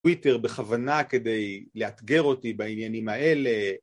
טוויטר בכוונה כדי לאתגר אותי בעניינים האלה